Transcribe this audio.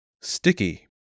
Sticky